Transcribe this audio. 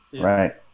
Right